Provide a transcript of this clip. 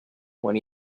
when